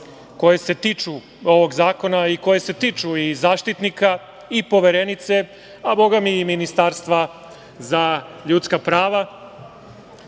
koje se tiču ovog zakona i koje se tiču i Zaštitnika i Poverenice, a bogami i Ministarstva za ljudska prava,